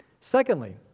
Secondly